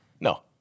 No